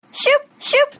Shoop-shoop